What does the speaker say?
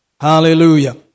Hallelujah